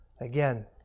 Again